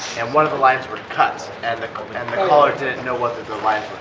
and one of the lines were cut and the and the caller didn't know whether the lines